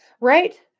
Right